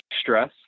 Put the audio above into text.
stress